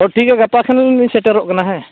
ᱦᱳᱭ ᱴᱷᱤᱠ ᱜᱮᱭᱟ ᱜᱟᱯᱟ ᱠᱷᱚᱱ ᱜᱮᱞᱤᱧ ᱥᱮᱴᱮᱨᱚᱜ ᱠᱟᱱᱟ ᱦᱮᱸ